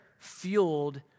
Fueled